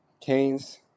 Canes